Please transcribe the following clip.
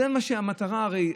זו המטרה, הרי.